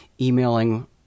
emailing